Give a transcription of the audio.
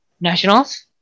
Nationals